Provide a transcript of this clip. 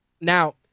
Now